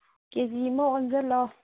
ꯀꯦꯖꯤ ꯑꯃ ꯑꯣꯟꯁꯜꯂꯣ